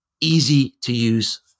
easy-to-use